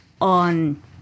on